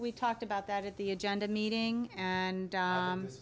we talked about that at the agenda meeting and